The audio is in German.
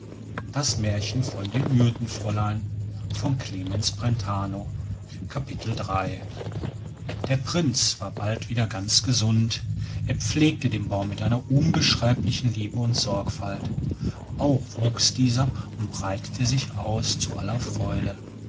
der prinz war bald wieder ganz gesund er pflegte den baum mit einer unbeschreiblichen liebe und sorgfalt auch wuchs dieser und breitete sich aus zu aller freude